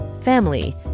family